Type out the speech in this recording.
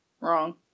wrong